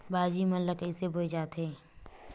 भाजी मन ला कइसे बोए जाथे?